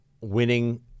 winning